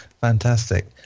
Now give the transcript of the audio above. Fantastic